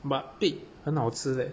but pig 很好吃 leh